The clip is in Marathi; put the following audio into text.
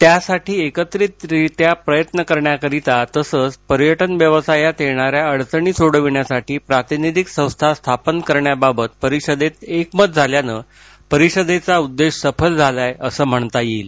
त्यासाठी एकत्रितरीत्या प्रयत्न करण्याकरिता तसंच पर्यटन व्यवसायात येणाऱ्या अडचणी सोडविण्यासाठी प्रातिनिधिक संस्था स्थापन करण्याबाबत परिषदेत एकमत झाल्यानं परिषदेचा उद्देश सफल झालाय असं म्हणता येईल